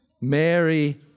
Mary